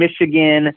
Michigan